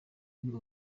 muri